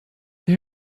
they